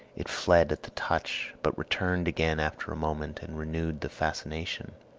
it fled at the touch, but returned again after a moment and renewed the fascination.